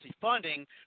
funding